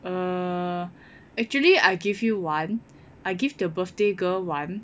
uh actually I give you one I give the birthday girl one